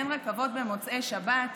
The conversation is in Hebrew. אין רכבות במוצאי שבת.